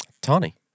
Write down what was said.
Tony